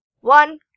one